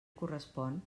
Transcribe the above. correspon